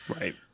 right